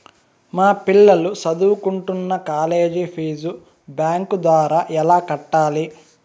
మా పిల్లలు సదువుకుంటున్న కాలేజీ ఫీజు బ్యాంకు ద్వారా ఎలా కట్టాలి?